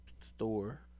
store